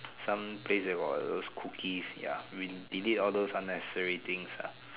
some place that got those cookies ya we delete all those necessary things ah